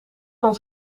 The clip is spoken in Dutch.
van